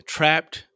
Trapped